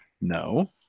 No